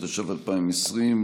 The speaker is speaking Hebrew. התש"ף 2020,